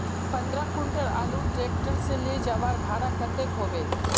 पंद्रह कुंटल आलूर ट्रैक्टर से ले जवार भाड़ा कतेक होबे?